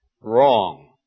wrong